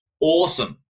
awesome